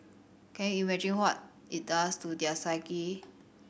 can you imagine what it does to their psyche